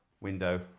window